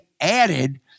added